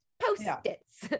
Post-its